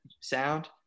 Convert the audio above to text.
sound